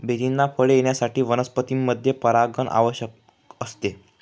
बेरींना फळे येण्यासाठी वनस्पतींमध्ये परागण आवश्यक असते